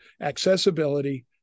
accessibility